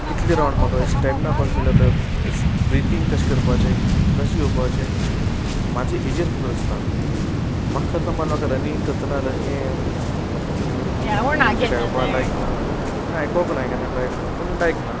कितले रावंड मारतलो स्टॅमिना कोसो बिल्ड जातलो ब्रिथींग कशें करपाचें कशें येवपाचें म्हाजो हेजेर फॉकस आसता म्हाका खरें सांगपाक म्हाका रनिंग करताना हें म्युझीक आयकपाक लायक ना आयकोंक ना हांवें केन्ना ट्राय करुना पूण लायक ना